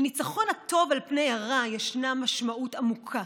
לניצחון הטוב על פני הרע יש משמעות עמוקה.